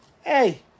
Hey